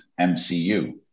MCU